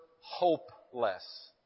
hopeless